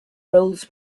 roles